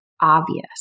obvious